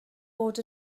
bod